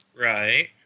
Right